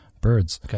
birds